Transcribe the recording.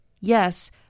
Yes